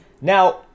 now